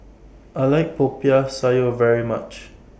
I like Popiah Sayur very much